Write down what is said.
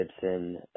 Gibson